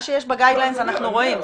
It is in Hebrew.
מה שיש בקווים המנחים אנחנו רואים,